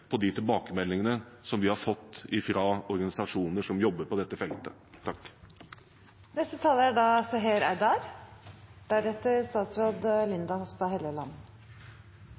på de tilbakemeldingene som vi har fått fra organisasjoner som jobber på dette feltet.